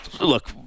look